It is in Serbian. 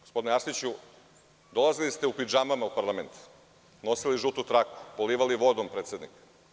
Gospodine Arsiću, dolazili ste u pidžamama u parlament, nosili žutu traku, polivali vodom predsednika.